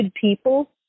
people